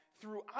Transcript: throughout